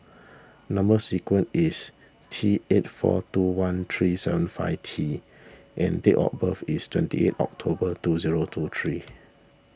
Number Sequence is T eight four two one three seven five T and date of birth is twenty eight October two zero two three